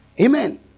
Amen